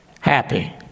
happy